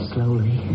Slowly